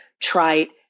trite